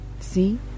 see